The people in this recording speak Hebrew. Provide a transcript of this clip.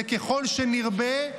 זה ככל שנרבה,